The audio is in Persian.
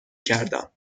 کردم